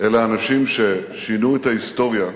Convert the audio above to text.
אלה אנשים ששינו את ההיסטוריה,